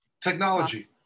technology